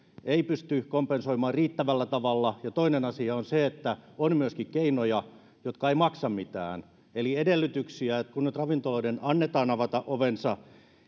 ei pysty kompensoimaan riittävällä tavalla ja toinen asia on se että on myöskin keinoja jotka eivät maksa mitään eli edellytyksiä siltä osin kun nyt ravintoloiden annetaan avata ovensa